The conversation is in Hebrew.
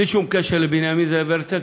בלי שום קשר לבנימין זאב הרצל,